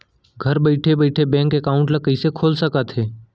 घर बइठे बइठे बैंक एकाउंट ल कइसे खोल सकथे?